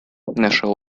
наша